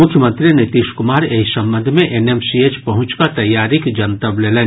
मुख्यमंत्री नीतीश कुमार एहि संबंध मे एनएमसीएच पहुंचि कऽ तैयारीक जनतब लेलनि